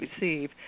receive